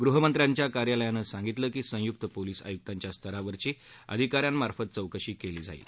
गृह मंत्र्यांच्या कार्यालयानं सांगितलं की संयुक पोलिस आयुकांच्या स्तरावरील अधिकाऱ्यांमार्फत चौकशी केली जाईल